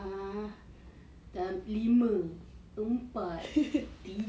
um entah girl ah jap lagi lagi sikit jer